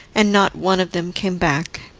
and not one of them came back.